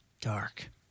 dark